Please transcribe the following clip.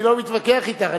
אני לא מתווכח אתך.